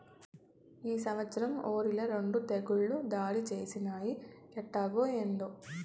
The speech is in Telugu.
ఈ సంవత్సరం ఒరిల రెండు తెగుళ్ళు దాడి చేసినయ్యి ఎట్టాగో, ఏందో